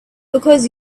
because